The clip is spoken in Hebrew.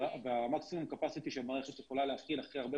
המקסימום קפסיטי שהמערכת יכולה להכיל אחרי הרבה